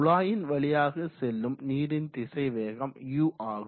குழாயின் வழியாக செல்லும் நீரின் திசைவேகம் u ஆகும்